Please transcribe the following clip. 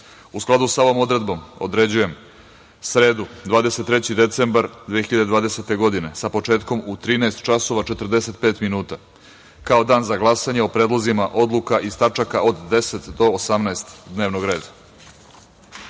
skladu sa ovom odredbom, određujem sredu, 23. decembar 2020. godine, sa početkom u 13, 45 časova, kao Dan za glasanje o predlozima odluka iz tačka od 10. do 18. dnevnog reda. Mi